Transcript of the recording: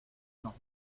nos